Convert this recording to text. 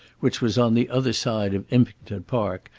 which was on the other side of impington park,